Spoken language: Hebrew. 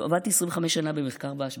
עבדתי 25 שנה במחקר והשבחה.